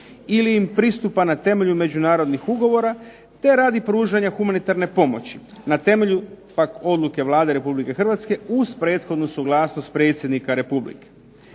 ili im pristupa na temelju međunarodnih ugovora, te radi pružanja humanitarne pomoći. Na temelju odluke Vlada Republike Hrvatske uz prethodnu suglasnost predsjednika Republike.